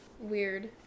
Weird